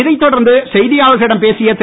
இதைத் தொடர்ந்து செய்தியாளர்களிடம் பேசிய திரு